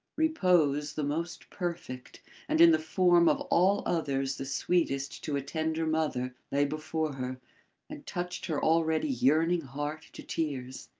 repose the most perfect and in the form of all others the sweetest to a tender mother, lay before her and touched her already yearning heart to tears.